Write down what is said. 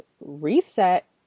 reset